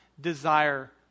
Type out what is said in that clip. desire